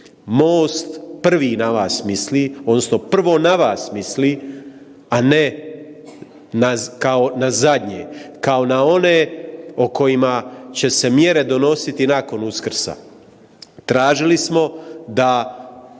MOST prvi na vas misli odnosno prvo na vas misli, a ne na kao na zadnje, kao na one o kojima će se mjere donositi nakon Uskrsa. Tražili smo da